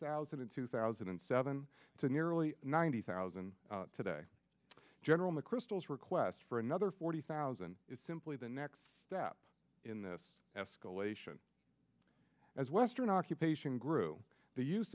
thousand in two thousand and seven to nearly ninety thousand today general mcchrystal is requests for another forty thousand is simply the next step in this escalation as western occupation grew the use